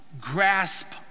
grasp